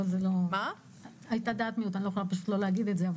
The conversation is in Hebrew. אני לא יכולה שלא להגיד את זה.